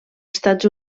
estats